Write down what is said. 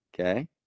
Okay